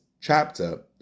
chapter